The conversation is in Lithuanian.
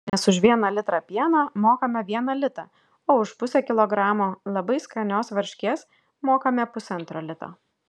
nes už vieną litrą pieno mokame vieną litą o už pusę kilogramo labai skanios varškės mokame pusantro lito